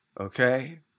Okay